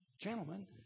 gentlemen